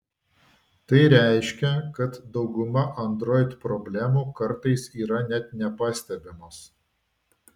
tai reiškia kad dauguma android problemų kartais yra net nepastebimos